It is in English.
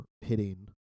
hitting